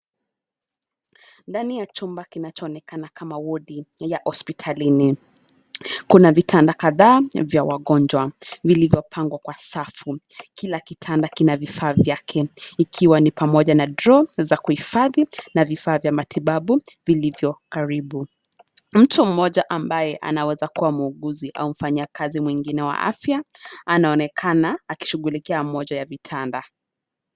Ndani ya chumba kinacho onekana kama wodi ya hospitalini, kuna vitanda kadhaa vya wagonjwa, vilivyo pangwa kwa safu, kila kitanda kina vifaa vyake, ikiwa ni pamoja na draw za kuhifadhi, na vifaa vya matibabu vilivyo karibu. Mtu mmoja ambaye anaweza kua muuguzi au mfanyakazi mwingine wa afya, anaonekana akishughulikia moja ya vitanda.